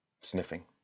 sniffing